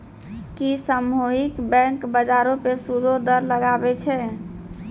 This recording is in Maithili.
कि सामुहिक बैंक, बजारो पे सूदो दर लगाबै छै?